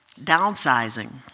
downsizing